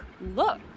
look